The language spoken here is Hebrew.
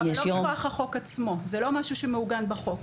זה לא משהו שמעוגן בחוק.